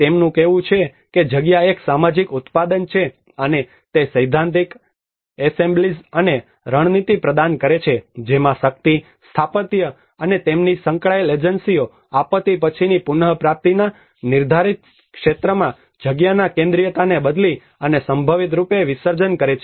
તેમનું કહેવું છે કે જગ્યા એક સામાજિક ઉત્પાદન છે અને તે સૈદ્ધાંતિક એસેમ્બલીઝ અને રણનીતિ પ્રદાન કરે છે જેમાં શક્તિ સ્થાપત્ય અને તેમની સંકળાયેલ એજન્સીઓ આપત્તિ પછીની પુનપ્રાપ્તિના નિર્ધારિત ક્ષેત્રમાં જગ્યાના કેન્દ્રિયતાને બદલી અને સંભવિત રૂપે વિસર્જન કરે છે